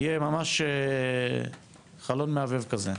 יהיה ממש חלון מהבהב כזה.